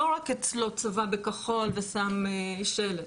לא רק אצלו צבע בכחול ושם שלט.